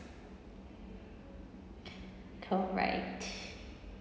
top right